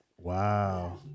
Wow